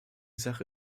sache